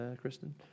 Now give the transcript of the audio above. Kristen